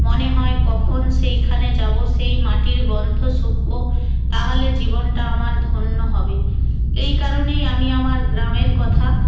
মনে হয় কখন সেইখানে যাবো সেই মাটির গন্ধ শুঁকবো তাহলে জীবনটা আমার ধন্য হবে এই কারণেই আমি আমার গ্রামের কথা